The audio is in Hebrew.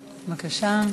בבקשה.